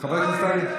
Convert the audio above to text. חברת הכנסת טלי.